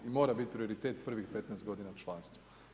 I mora biti prioritet prvih 15 godina članstva.